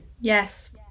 Yes